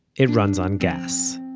it runs on gas.